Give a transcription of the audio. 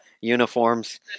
uniforms